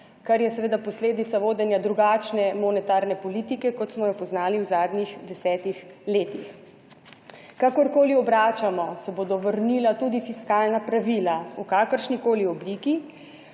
kar je seveda posledica vodenja drugačne monetarne politike, kot smo jo poznali v zadnjih 10 letih. Kakor koli obračamo, se bodo vrnila tudi fiskalna pravila v kakršnikoli obliki.